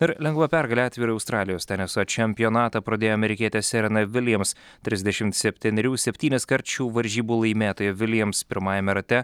ir lengva pergale atvirą australijos teniso čempionatą pradėjo amerikietė serena viljams trisdešimt septynerių septyniskart šių varžybų laimėtoja viljams pirmajame rate